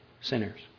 sinners